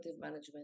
management